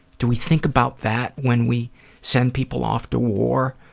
do we think about that when we send people off to war?